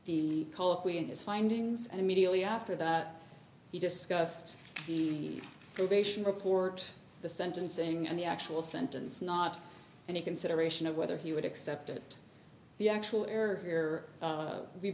when his findings and immediately after that he discussed the probation report the sentencing and the actual sentence not any consideration of whether he would accept it the actual error here